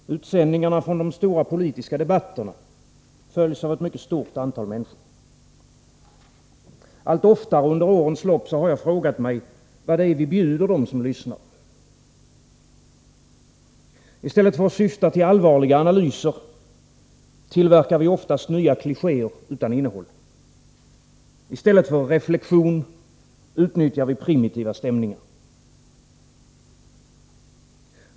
Fru talman! Utsändningarna från de stora politiska debatterna följs av ett mycket stort antal människor. Allt oftare under årens lopp har jag frågat mig, vad det är vi bjuder dem som lyssnar. I stället för att syfta till allvarliga analyser tillverkar vi oftast nya klichéer utan innehåll. I stället för reflexion utnyttjar vi primitiva stämningar.